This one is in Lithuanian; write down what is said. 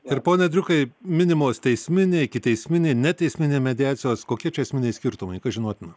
ir pone driukai minimos teisminė ikiteisminė neteisminė mediacijos kokie čia esminiai skirtumai kas žinotina